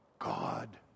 God